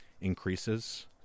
increases